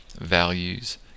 values